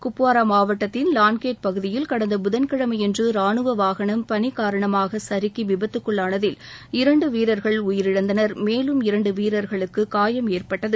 குப்வாரா மாவட்டத்தின் வான்கேட் பகுதியில் கடந்த புதன்கிழமையன்று ராணுவ வாகனம் பனி காரணமாக சறுக்கு விபத்துக்குள்ளானதில் இரண்டு வீரர்கள் உயிரிழந்தனர் மேலும் இரண்டு வீரர்களுக்கு காயம் ஏற்பட்டது